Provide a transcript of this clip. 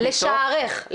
לשערך.